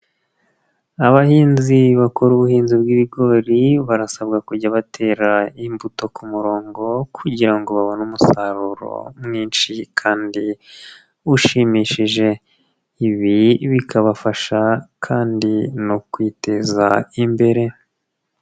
Abahinzi bakora ubuhinzi bw'ibigori barasabwa kujya batera imbuto ku murongo kugira ngo babone umusaruro mwinshi kandi ushimishije, ibi bikabafasha kandi no kwiteza imbere.